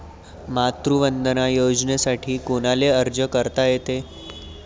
मातृवंदना योजनेसाठी कोनाले अर्ज करता येते?